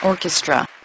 orchestra